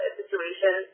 situation